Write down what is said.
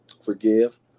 Forgive